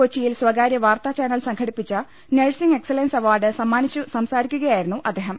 കൊച്ചിയിൽ സ്വകാര്യ വാർത്താചാനൽ സംഘടിപ്പിച്ച നഴ്സിംഗ് എക്സലൻസ് അവാർഡ് സമ്മാനിച്ച് സംസാരിക്കുകയായിരുന്നു അദ്ദേഹം